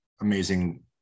amazing